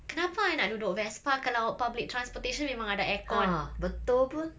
kenapa I nak duduk Vespa kalau public transportation memang ada air con